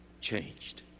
changed